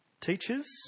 Teachers